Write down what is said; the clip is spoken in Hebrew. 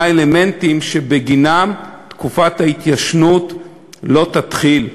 אלמנטים שבגינם תקופת ההתיישנות לא תתחיל.